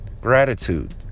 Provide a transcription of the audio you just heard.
gratitude